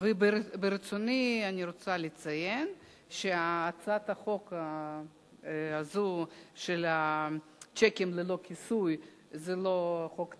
אני רוצה לציין שהצעת החוק הזאת של הצ'קים ללא כיסוי היא לא חוק תקציבי,